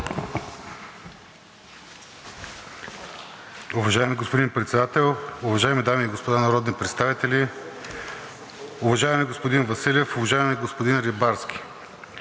Уважаеми господин Председател, уважаеми дами и господа народни представители, уважаеми гости! Уважаеми господин Балачев,